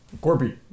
Corby